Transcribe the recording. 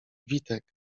witek